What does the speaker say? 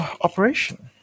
operation